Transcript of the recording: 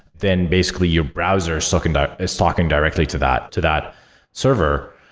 then basically your browser so and is talking directly to that, to that server.